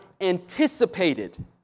anticipated